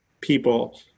people